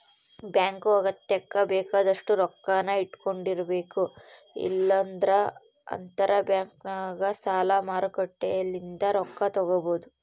bank ಅಗತ್ಯಕ್ಕ ಬೇಕಾದಷ್ಟು ರೊಕ್ಕನ್ನ ಇಟ್ಟಕೊಂಡಿರಬೇಕು, ಇಲ್ಲಂದ್ರ ಅಂತರಬ್ಯಾಂಕ್ನಗ ಸಾಲ ಮಾರುಕಟ್ಟೆಲಿಂದ ರೊಕ್ಕ ತಗಬೊದು